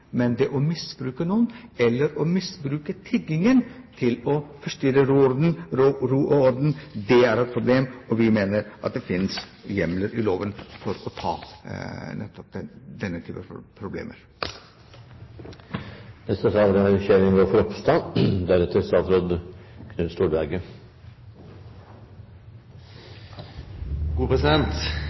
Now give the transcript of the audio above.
men det å misbruke noen eller å misbruke tiggingen til å forstyrre ro og orden er et problem, og vi mener at det finnes hjemler i loven for å ta nettopp dette problemet. Eg vil fyrst begynne med å kommentere Chaudhry sitt innlegg, som eg langt på veg er